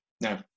No